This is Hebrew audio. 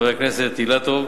חבר הכנסת אילטוב,